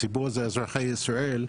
הציבור זה אזרחי ישראל,